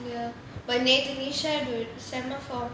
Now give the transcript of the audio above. ya but நேத்து செம:nethu sema form